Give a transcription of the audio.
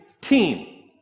team